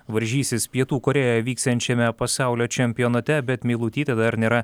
varžysis pietų korėjoje vyksiančiame pasaulio čempionate bet meilutytė dar nėra